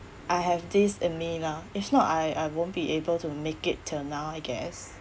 I have this in me lah if not I I won't be able to make it till now I guess